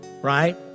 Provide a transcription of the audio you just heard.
Right